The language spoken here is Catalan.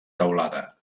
teulada